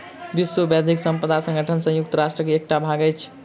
विश्व बौद्धिक संपदा संगठन संयुक्त राष्ट्रक एकटा भाग अछि